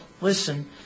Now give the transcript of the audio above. listen